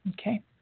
okay